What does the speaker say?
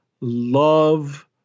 love